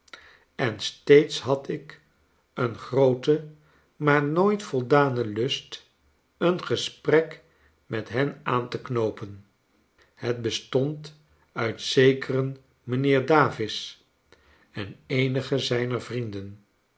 en steeds had ik een grooten maar nooit voldanen lust een gesprek met hen aan te knoopen hetbestond uit zekeren mijnheer davis en eenige zijner vrienden